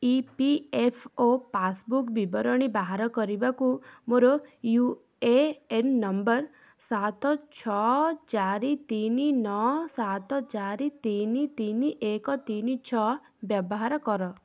ଇ P F O passbook ବିବରଣୀ ବାହାର କରିବାକୁ ମୋର ୟୁ ଏ ଏନ୍ ନମ୍ବର ସାତ ଛଅ ଚାରି ତିନି ନଅ ସାତ ଚାରି ତିନି ତିନି ଏକ ତିନି ଛଅ ବ୍ୟବହାର କର